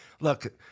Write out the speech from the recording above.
look